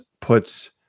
puts